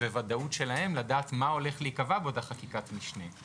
וודאות שלהם לדעת מה הולך להיקבע באותה חקיקת משנה.